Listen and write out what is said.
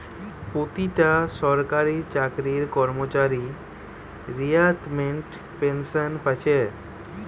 পোতিটা সরকারি চাকরির কর্মচারী রিতাইমেন্টের পেনশেন পাচ্ছে